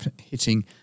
hitting